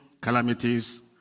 calamities